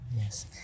Yes